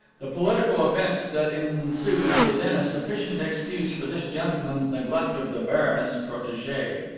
the political events that ensued were then a sufficient excuse for this gentleman's neglect of the baroness' protege.